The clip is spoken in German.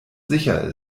sicher